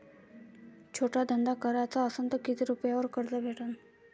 छोटा धंदा कराचा असन तर किती रुप्यावर कर्ज भेटन?